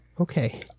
Okay